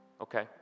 Okay